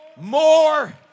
more